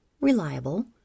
reliable